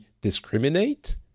discriminate